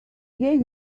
gave